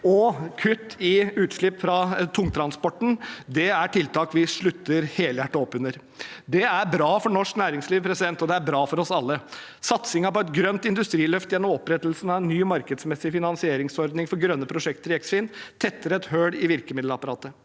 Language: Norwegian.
og kutt i utslipp fra tungtransporten er tiltak vi slutter helhjertet opp under. Det er bra for norsk næringsliv, og det er bra for oss alle. Satsingen på et grønt industriløft gjennom opprettelsen av en ny markedsmessig finansieringsordning for grønne prosjekter i Eksfin tetter et hull i virkemiddelapparatet.